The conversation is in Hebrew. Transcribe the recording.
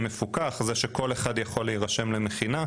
שכל אחד יכול להירשם למכינה,